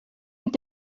mit